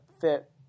fit